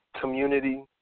community